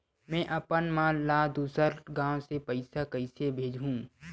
में अपन मा ला दुसर गांव से पईसा कइसे भेजहु?